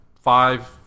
five